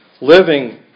living